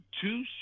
two